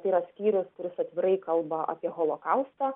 tai yra skyrius kuris atvirai kalba apie holokaustą